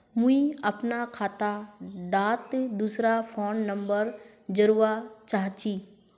मुई अपना खाता डात दूसरा फोन नंबर जोड़वा चाहची?